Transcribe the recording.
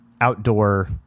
outdoor